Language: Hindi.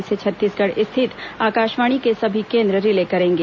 इसे छत्तीसगढ़ स्थित आकाशवाणी के सभी केंद्र रिले करेंगे